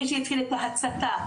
מי שהתחיל את ההצתה,